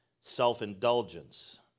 self-indulgence